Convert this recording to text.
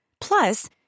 Plus